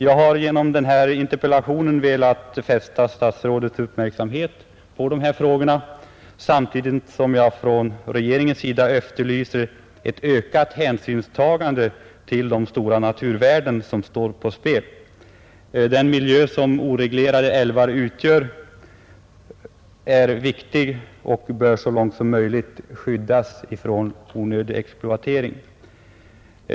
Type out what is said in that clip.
Jag har genom min interpellation velat fästa statsrådets uppmärksamhet på dessa frågor samtidigt som jag från regeringen efterlyser ett ökat hänsynstagande till de stora naturvärden som står på spel. Den miljö som oreglerade älvar utgör är viktig och bör så långt som möjligt skyddas från onödig exploatering.